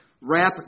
Wrap